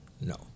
No